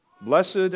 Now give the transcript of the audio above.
Blessed